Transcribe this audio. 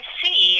see